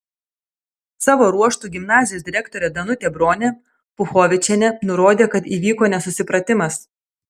savo ruožtu gimnazijos direktorė danutė bronė puchovičienė nurodė kad įvyko nesusipratimas